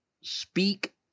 speak